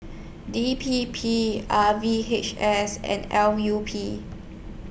D P P R V H S and L U P